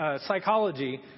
psychology